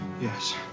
Yes